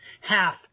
half